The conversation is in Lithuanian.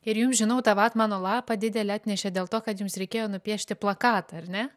ir jums žinau tą vatmano lapą didelį atnešė dėl to kad jums reikėjo nupiešti plakatą ar ne